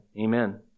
Amen